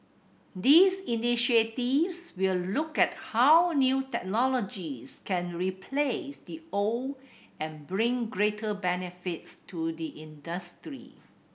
these initiatives will look at how new technologies can replace the old and bring greater benefits to the industry